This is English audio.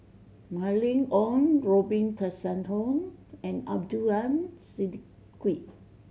Mylene Ong Robin Tessensohn and Abdul Aleem Siddique